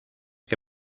que